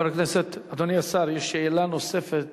אדוני השר, יש שאלה נוספת